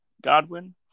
Godwin